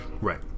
Right